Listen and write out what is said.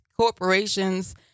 corporations